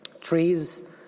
trees